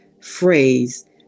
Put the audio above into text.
phrase